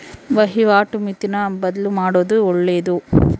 ವಹಿವಾಟು ಮಿತಿನ ಬದ್ಲುಮಾಡೊದು ಒಳ್ಳೆದು